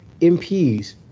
MPs